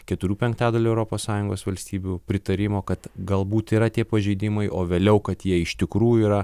keturių penktadalių europos sąjungos valstybių pritarimo kad galbūt yra tie pažeidimai o vėliau kad jie iš tikrųjų yra